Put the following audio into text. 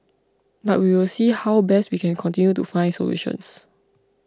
but we will see how best we can continue to find solutions